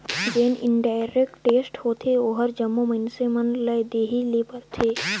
जेन indirect tax होथे ओहर जम्मो मइनसे मन ल देहे ले परथे